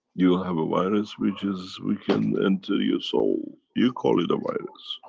you have a virus which is weaken, enter your soul. you call it a virus.